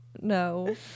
no